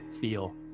feel